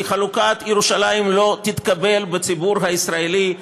כי חלוקת ירושלים לא תתקבל בציבור הישראלי.